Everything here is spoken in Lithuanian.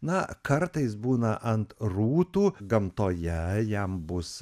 na kartais būna ant rūtų gamtoje jam bus